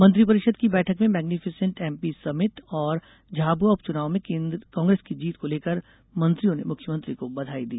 मंत्री परिषद की बैठक में मैग्नीफिसिंयेंट एमपी समिट और झाबुआ उपचुनाव में कांग्रेस की जीत को लेकर मंत्रियों ने मुख्यमंत्री को बधाई दी